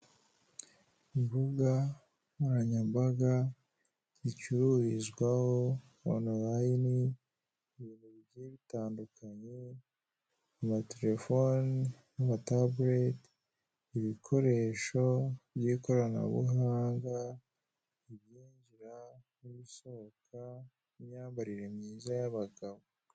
Gukoresha uburyo bwo hutimiza ibyo waguze bigira akamaro kanini cyane: harimo gukwirakwiza ibicuruzwa mu bice byose, harimo kongera ikoranabuhanga. Kuko gutumiza ibyo waguze, bifasha n'ikoranabuhanga nk'uburyo bwa telefoni cyangwa porogame, bigafasha abakiriya kumenya ibyo bakeneye nta mbogamizi. Kandi bishobora gushyigikira ubucuruzi bw'abakora ibintu bigiye bitandukanye, nk'uruge ro vuba. Waba ushaka amakuru arambuye ku kigo runaka cy'izi serivisi cyangwa uko bigenda? Hano turimo turabona uburyo ushobora kugura imyenda y'abagore, cyangwa se imyenda y'abana, ukoresheje ikoranabuhanga.